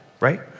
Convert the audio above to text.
right